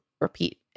repeat